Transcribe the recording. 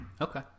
Okay